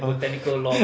!huh!